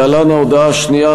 להלן ההודעה השנייה,